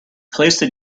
placed